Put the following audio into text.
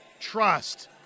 trust